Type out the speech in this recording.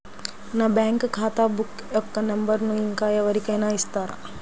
నా బ్యాంక్ ఖాతా బుక్ యొక్క నంబరును ఇంకా ఎవరి కైనా ఇస్తారా?